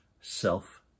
self